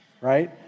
right